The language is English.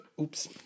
oops